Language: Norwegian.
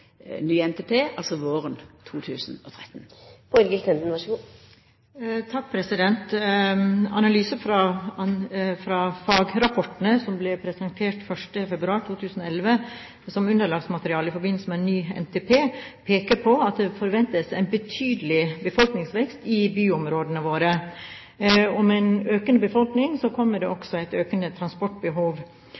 ny NTP, altså våren 2013. Analyser fra fagrapportene, som ble presentert 1. februar 2011 som underlagsmateriale i forbindelse med en ny NTP, peker på at det forventes en betydelig befolkningsvekst i byområdene våre. Med en økende befolkning kommer det også et økende transportbehov.